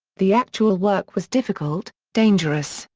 the actual work was difficult, dangerous,